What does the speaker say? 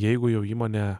jeigu jau įmonė